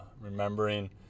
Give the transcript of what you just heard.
remembering